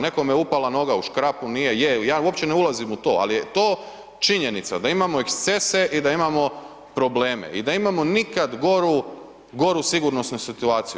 Nekom je upala noga u škrapu, nije, je, ja uopće ne ulazim u to, ali je to činjenica da imamo ekscese i da imamo probleme i da imamo nikad goru sigurnosnu situaciju.